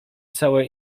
całe